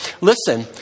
listen